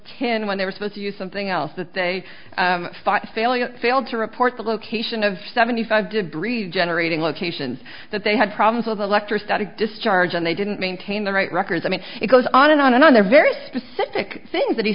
ten when they were supposed to use something else that they thought failing failed to report the location of seventy five degrees generating locations that they had problems with electrostatic discharge and they didn't maintain the right records i mean it goes on and on and on a very specific things that he